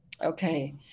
Okay